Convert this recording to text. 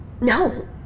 No